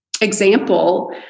example